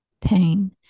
pain